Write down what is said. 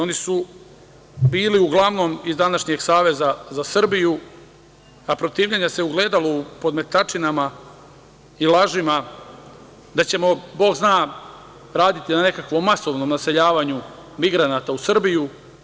Oni su bili uglavnom iz današnjeg Saveza za Srbiju, a protivljenje se ugledalo u podmetačinama i lažima da ćemo, Bog zna, raditi na nekakvom masovnom naseljavanju migranata u Srbiju.